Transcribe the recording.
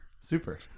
Super